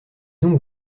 donc